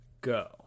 go